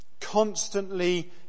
Constantly